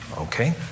Okay